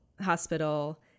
hospital